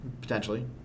potentially